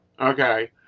Okay